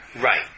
Right